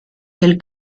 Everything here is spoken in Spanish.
del